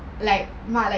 like ma like